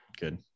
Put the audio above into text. Good